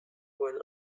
one